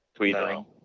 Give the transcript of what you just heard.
tweeting